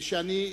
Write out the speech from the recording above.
ושאני,